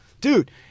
Dude